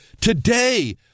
today